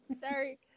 Sorry